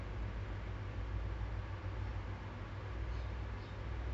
like I feel that uh people you know walking behind me